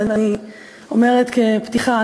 ואני אומרת כפתיחה,